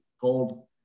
gold